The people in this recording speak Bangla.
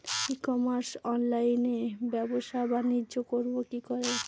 ই কমার্স অনলাইনে ব্যবসা বানিজ্য করব কি করে?